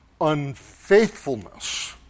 unfaithfulness